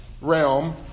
realm